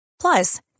Plus